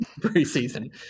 preseason